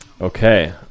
Okay